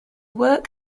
work